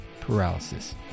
Paralysis